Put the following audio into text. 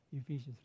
Ephesians